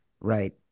right